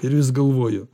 ir vis galvoju